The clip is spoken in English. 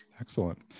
Excellent